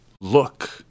look –